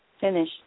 finish